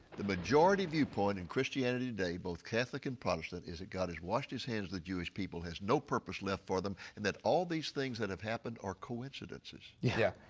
the majority viewpoint in christianity today, both catholic and protestant is that god has washed his hands of the jewish people, has no purpose left for them. and that all these things that have happened are coincidences. yeah.